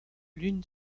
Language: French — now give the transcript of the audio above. l’une